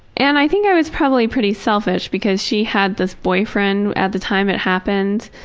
and i think i was probably pretty selfish because she had this boyfriend at the time it happened,